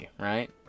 right